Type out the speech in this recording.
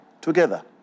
together